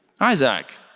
Isaac